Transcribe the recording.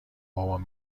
بابام